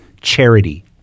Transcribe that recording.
charity